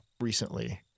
recently